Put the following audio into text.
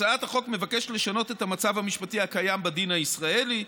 הצעת החוק מבקשת לשנות את המצב המשפטי הקיים בדין הישראלי,